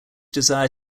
desire